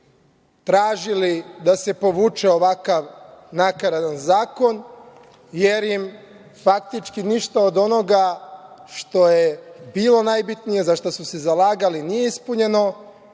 tražili da se povuče ovakav nakaradan zakon, jer im faktički ništa od onoga što je bilo najbitnije, za šta su se zalagali, nije ispunjeno.